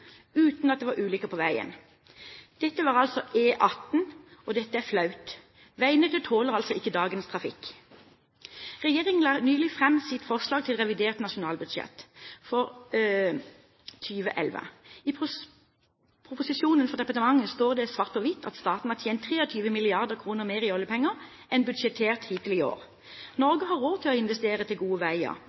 uten at det var ulykker på veien. Dette var altså E18. Dette er flaut. Veinettet tåler altså ikke dagens trafikk. Regjeringen la nylig fram sitt forslag til revidert nasjonalbudsjett for 2011. I proposisjonen fra departementet står det svart på hvitt at staten har tjent 23 mrd. kr mer i oljepenger enn budsjettert hittil i år. Norge har råd til å investere i gode veier. Ja, Norge burde ha råd til minst like gode veier